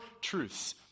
truths